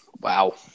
Wow